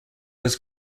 was